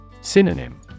Synonym